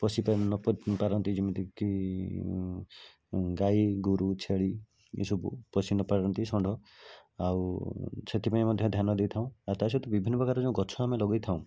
ପସିନପାରନ୍ତି ନ ପାରନ୍ତି ଯେମିତିକି ଗାଈ ଗୋରୁ ଛେଳି ଇଏ ସବୁ ପସିନପାରନ୍ତି ଷଣ୍ଢ ଆଉ ସେଥିପାଇଁ ମଧ୍ୟ ଧ୍ୟାନ ଦେଇଥାଉ ଆଉ ତାସହିତ ବିଭିନ୍ନ ପ୍ରକାର ଯେଉଁ ଗଛ ଆମେ ଲଗାଇଥାଉଁ